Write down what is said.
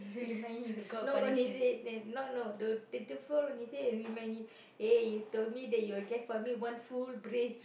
remind him knock on his head eh not no the the f~ fall on his head and remind him eh you told me that you will get for me one full braised